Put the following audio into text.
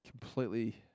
completely